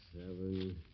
seven